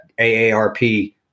AARP